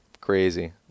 crazy